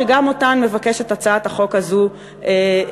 שגם אותן מבקשת הצעת החוק הזו להגביל.